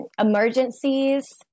emergencies